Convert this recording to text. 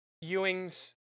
ewing's